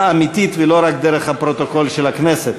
אמיתית ולא רק דרך הפרוטוקול של הכנסת.